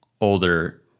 older